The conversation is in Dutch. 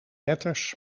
letters